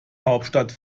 hauptstadt